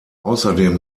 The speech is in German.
außerdem